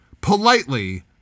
Politely